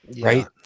right